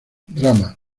drama